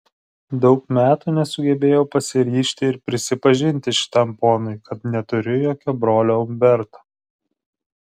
daug metų nesugebėjau pasiryžti ir prisipažinti šitam ponui kad neturiu jokio brolio umberto